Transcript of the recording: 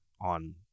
on